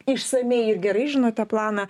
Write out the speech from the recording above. išsamiai ir gerai žinote planą